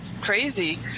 crazy